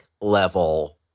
level